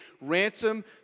ransom